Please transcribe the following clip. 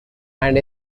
and